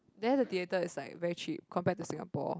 there the theater is like very cheap compared to Singapore